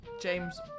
James